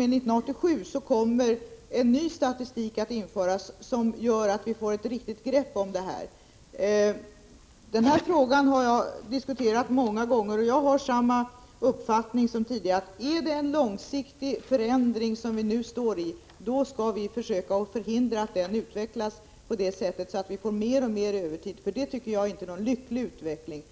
1987 kommer en ny statistik att införas som ger oss ett bättre grepp om det. Den här frågan har jag diskuterat många gånger, och jag har samma uppfattning nu som tidigare — är det en långsiktig förändring som vi nu upplever skall vi försöka förhindra att utvecklingen går åt det hållet att vi får mer och mer övertid, för det tycker jag inte är någon lycklig utveckling.